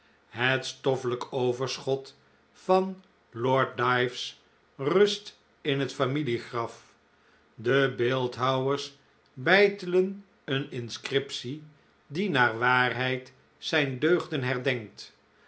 het stoffelijk overschot van lord dives rust in het familiegraf de beeldhouwers beitelen een inscriptie die naar waarheid zijn deugden herdenkt